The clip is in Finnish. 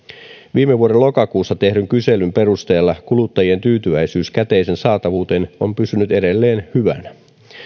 viime vuoden lokakuussa tehdyn kyselyn perusteella kuluttajien tyytyväisyys käteisen saatavuuteen on pysynyt edelleen hyvänä